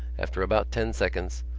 after about ten seconds,